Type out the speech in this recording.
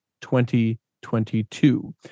2022